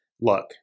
look